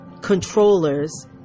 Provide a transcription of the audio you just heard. controllers